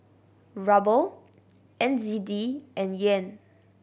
Ruble N Z D and Yen